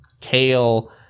Kale